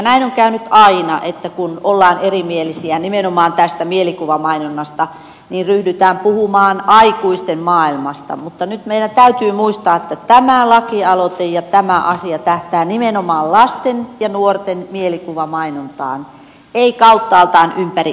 näin on käynyt aina että kun ollaan erimielisiä nimenomaan tästä mielikuvamainonnasta niin ryhdytään puhumaan aikuisten maailmasta mutta nyt meidän täytyy muistaa että tämä lakialoite ja tämä asia tähtää nimenomaan lasten ja nuorten mielikuvamainontaan ei kauttaaltaan ympäri ämpäriä